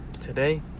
Today